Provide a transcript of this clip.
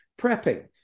prepping